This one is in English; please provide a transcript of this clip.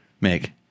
make